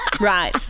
Right